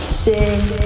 sing